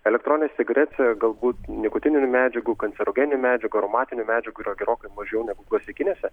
elektroninės cigaretė gal būt nikotinių medžiagų kancerogeninių medžiagų aromatinių medžiagų yra gerokai mažiau negu klasikinėse